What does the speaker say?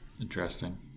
Interesting